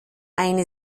eine